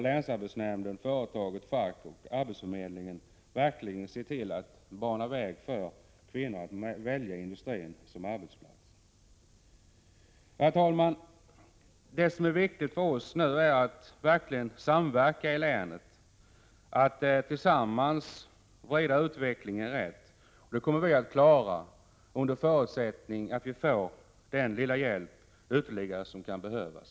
Länsarbetsnämnden, företaget och facket ser verkligen till att bana väg för kvinnorna i industrin. Herr talman! Det viktiga för oss i länet är att verkligen samverka och tillsammans vrida utvecklingen rätt. Det, kommer vi att klara under förutsättning att vi får den lilla ytterligare hjälp som kan behövas.